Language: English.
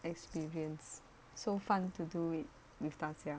experience so fun to do it with 大家